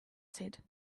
said